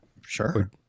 Sure